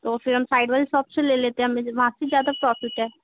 तो फ़िर हम साइड वाली शॉप से ले लेते है हमें जब वहाँ से ज़्यादा प्रॉफ़िट है